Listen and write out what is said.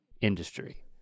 industry